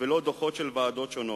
ולא דוחות של ועדות שונות.